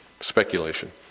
speculation